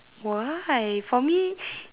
why for me